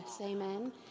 Amen